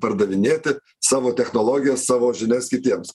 pardavinėti savo technologijas savo žinias kitiems